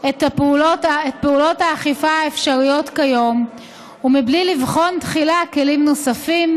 את פעולות האכיפה האפשריות כיום ובלי לבחון תחילה כלים נוספים,